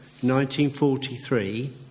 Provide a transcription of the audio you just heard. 1943